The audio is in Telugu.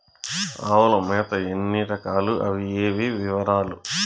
ఆవుల మేత ఎన్ని రకాలు? అవి ఏవి? వివరాలు?